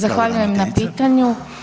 Zahvaljujem na pitanju.